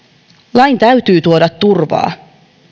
lain täytyy tuoda turvaa